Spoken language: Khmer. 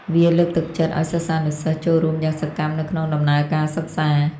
វាលើកទឹកចិត្តឲ្យសិស្សានុសិស្សចូលរួមយ៉ាងសកម្មនៅក្នុងដំណើរការសិក្សា។